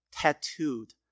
tattooed